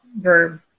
verb